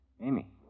Amy